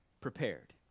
prepared